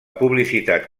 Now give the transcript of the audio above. publicitat